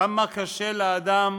כמה קשה לאדם